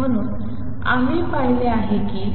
म्हणून आम्ही पाहिले आहे की